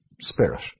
spirit